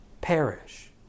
perish